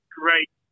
great